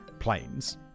planes